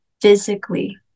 physically